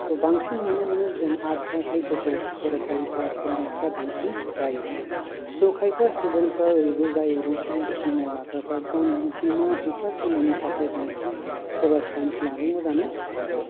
स' बांसिन नुनो मोनो जों आर्डसावहाय गथ' फरायसालिफ्रा फरायनायफ्रा बांसिन जायो स' खायफा स्टुडेनफ्रा ओरैबो जायोदि साइन्स स्ट्रिमाव लाग्राफ्रा गावनि बिमा बिफा थिननायनि थाखाय बांसिन सोरबा साइन्स लादोंबो जानो हागौ